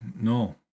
no